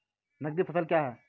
नगदी फसल क्या हैं?